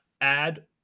add